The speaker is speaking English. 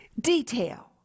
detail